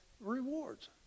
Rewards